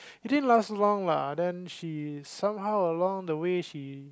it didn't last long lah then she somehow along the way she